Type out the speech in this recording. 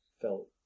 felt